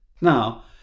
Now